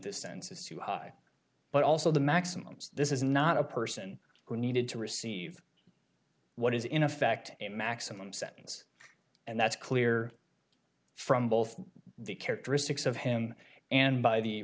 sense is too high but also the maximums this is not a person who needed to receive what is in effect a maximum sentence and that's clear from both the characteristics of him and by the